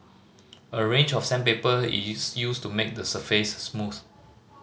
a range of sandpaper is used to make the surface smooth